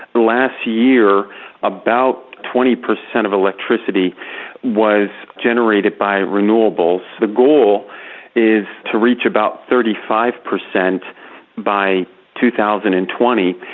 last year about twenty per cent of electricity was generated by renewables. the goal is to reach about thirty five per cent by two thousand and twenty.